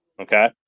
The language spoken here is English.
Okay